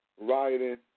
Rioting